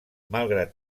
malgrat